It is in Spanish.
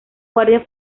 guardia